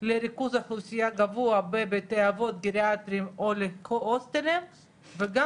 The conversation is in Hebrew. לריכוז אוכלוסייה גדול בבתי אבות גריאטריים או להוסטלים וגם